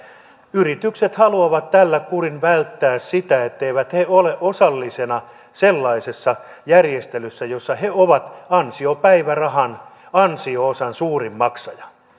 yritykset haluavat tällä välttää sen etteivät he ole osallisena sellaisessa järjestelyssä jossa he ovat ansiopäivärahan ansio osan suurin maksaja